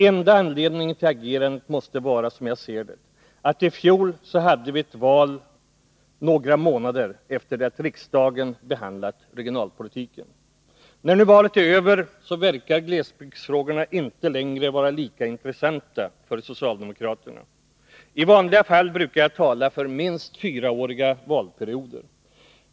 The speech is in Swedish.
Enda anledningen till agerandet måste vara, som jag ser det, att vi i fjol hade ett val några månader efter det att riksdagen behandlat regionalpolitiken. När nu valet är över verkar glesbygdsfrågorna inte längre vara lika intressanta för socialdemokraterna. I vanliga fall brukar jag tala för minst fyraåriga valperioder.